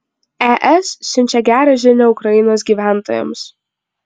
es siunčia gerą žinią ukrainos gyventojams